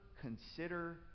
consider